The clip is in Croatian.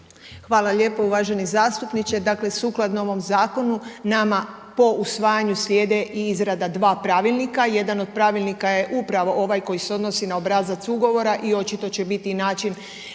Hvala lijepo uvaženi zastupniče. Dakle sukladno ovom zakonu nama po usvajanju slijede izrada dva pravilnika, jedan od pravilnika je upravo ovaj koji se odnosi na obrazac ugovora i očito će biti i način